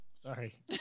Sorry